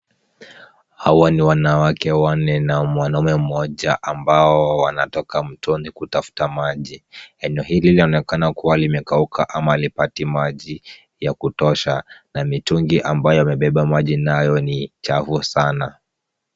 Hawa ni wanawake wanne na mwanaume mmoja ambao wanatoka mtoni kutafuta maji. Eneo hili linaonekana kuwa limekauka ama halipati maji ya kutosha na mitungi ambayo wamebeba maji nayo ni chafu sana.